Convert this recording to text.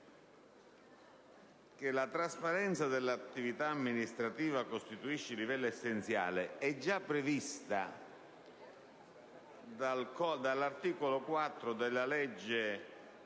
quale la trasparenza dell'attività amministrativa costituisce livello essenziale, è in verità già previsto dall'articolo 4 della legge